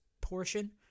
portion